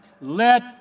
Let